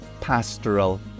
pastoral